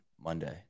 Monday